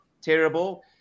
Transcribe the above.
terrible